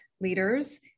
Leaders